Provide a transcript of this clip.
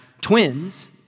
twins –